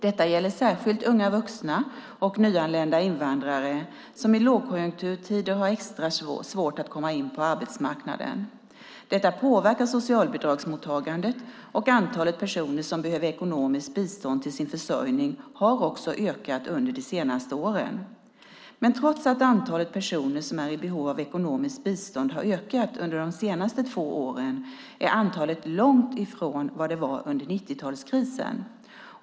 Detta gäller särskilt unga vuxna och nyanlända invandrare som i lågkonjunkturtider har extra svårt att komma in på arbetsmarknaden. Detta påverkar socialbidragsmottagandet, och antalet personer som behöver ekonomiskt bistånd till sin försörjning har också ökat under de senaste åren. Men trots att antalet personer som är i behov av ekonomiskt bistånd har ökat under de senaste två åren är antalet långt ifrån vad det var under 90-talskrisen.